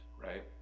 right